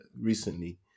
recently